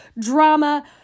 drama